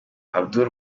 abdul